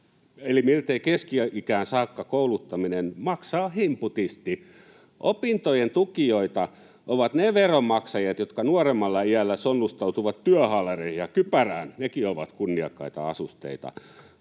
eli miltei keski-ikään saakka kouluttaminen maksaa himputisti. Opintojen tukijoita ovat ne veronmaksajat, jotka nuoremmalla iällä sonnustautuvat työhaalareihin ja kypärään — nekin ovat kunniakkaita asusteita.